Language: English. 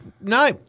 No